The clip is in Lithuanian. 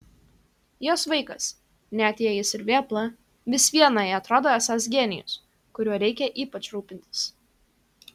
jos vaikas net jei jis ir vėpla vis viena jai atrodo esąs genijus kuriuo reikia ypač rūpintis